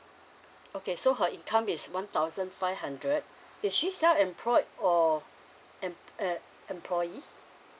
okay so her income is one thousand five hundred is she self employed or em~ em~ employee